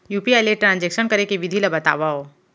UPI ले transaction करे के विधि ला बतावव?